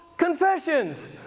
Confessions